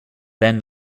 then